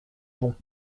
bon